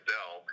Dell